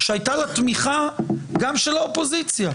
שהייתה לה תמיכה גם של האופוזיציה,